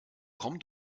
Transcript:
komm